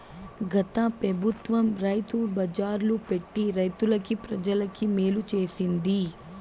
గత పెబుత్వం రైతు బజార్లు పెట్టి రైతులకి, ప్రజలకి మేలు చేసింది